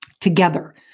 together